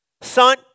Son